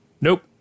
Nope